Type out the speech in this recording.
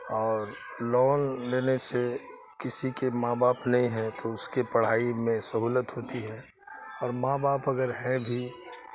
اور لون لینے سے کسی کے ماں باپ نہیں ہیں تو اس کے پڑھائی میں سہولت ہوتی ہے اور ماں باپ اگر ہیں بھی